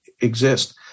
exist